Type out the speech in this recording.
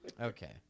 Okay